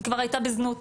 היא כבר הייתה בזנות,